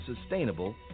Sustainable